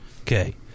Okay